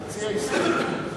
תציע הסתייגות,